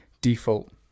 default